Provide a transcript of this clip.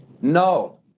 No